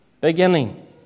beginning